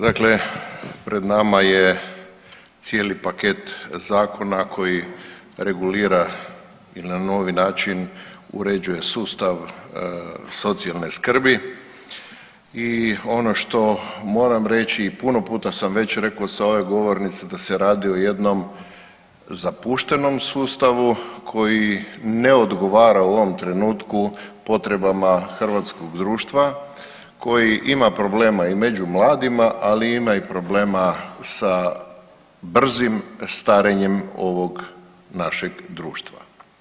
Dakle, pred nama je cijeli paket zakona koji regulira i na novi način uređuje sustav socijalne skrbi i ono što moram reći i puno puta sam već rekao s ove govornice da se radi o jednom zapuštenom sustavu koji ne odgovara u ovom trenutku potrebama hrvatskog društva, koji ima problema i među mladima, ali ima i problema sa brzim starenjem ovog našeg društva.